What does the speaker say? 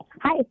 Hi